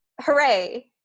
hooray